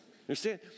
understand